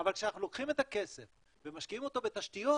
אבל כשאנחנו לוקחים את כסף ומשקיעים אותו בתשתיות